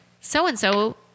so-and-so